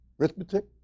arithmetic